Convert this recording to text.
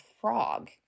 frog